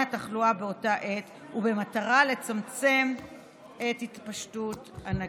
התחלואה באותה עת ובמטרה לצמצם את התפשטות הנגיף.